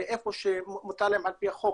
ואיפה שמותר להם על פי החוק,